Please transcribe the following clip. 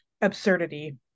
absurdity